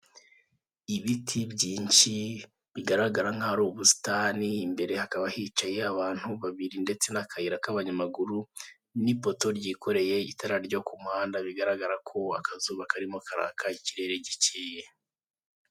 Ibiti byinshi bigaragara nk'aho ari ubusitani, imbere hakaba hicaye abantu babiri ndetse n'akayira k'abanyamaguru, n'ipoto ryikoreye itara ryo ku muhanda bigaragara ko akazuba karimo karaka, ikirere gikeye.